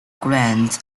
grant